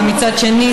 ומצד שני,